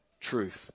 truth